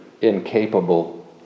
incapable